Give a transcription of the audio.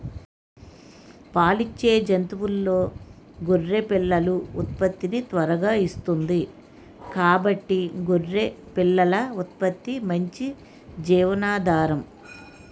పాలిచ్చే జంతువుల్లో గొర్రె పిల్లలు ఉత్పత్తిని త్వరగా ఇస్తుంది కాబట్టి గొర్రె పిల్లల ఉత్పత్తి మంచి జీవనాధారం